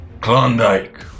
Klondike